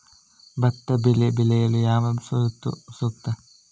ಭತ್ತದ ಬೆಳೆ ಬೆಳೆಯಲು ಯಾವ ಋತು ಸೂಕ್ತ?